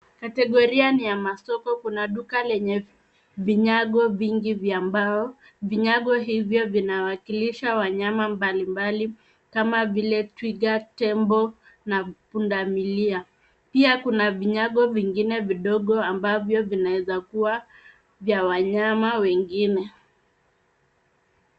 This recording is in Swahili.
Kategoria ni ya masoko. Kuna duka lenye vinyago vingi vya mbao. Vinyago hivyo vinawakilisha wanyama mbalimbali kama vile twiga, tembo na pundamilia. Pia kuna vinyago vingine vidogo ambavyo vinaweza kuwa vya wanyama wengine.